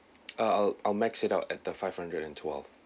uh I'll I'll max it out at the five hundred and twelve